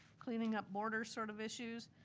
cleaning up border sort of issues.